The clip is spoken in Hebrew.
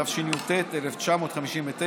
התשי"ט 1959,